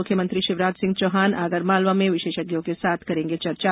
मुख्यमंत्री शिवराज सिंह चौहान आगर मालवा में विशेषज्ञों के साथ करेंगे चर्चा